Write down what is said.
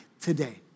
today